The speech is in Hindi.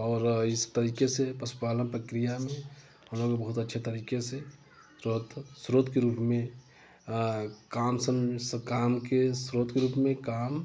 और इस तरीके से पशु पालन प्रक्रिया में हम लोग बहुत अच्छे तरीके से जो है तो स्रोत के रूप में काम सम काम के स्रोत के रूप में काम